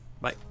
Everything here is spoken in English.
Bye